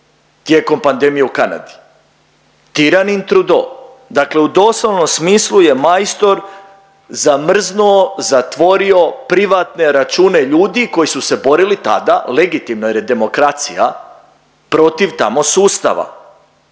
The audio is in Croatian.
tijekom pandemije u Kanadi? Tiranin Trudeau dakle u doslovnom smislu je majstor zamrznuo, zatvorio privatne račune ljudi koji su se borili, da, da, legitimno jer je demokracija protiv tamo sustava.